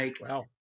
Wow